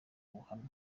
ubuhamya